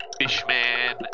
Fishman